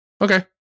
Okay